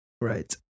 Right